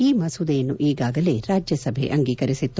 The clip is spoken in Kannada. ಈ ಮಸೂದೆಯನ್ನು ಈಗಾಗಲೇ ರಾಜ್ಯಸಭೆ ಅಂಗೀಕರಿಸಿತ್ತು